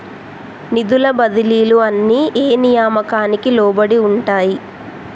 నిధుల బదిలీలు అన్ని ఏ నియామకానికి లోబడి ఉంటాయి?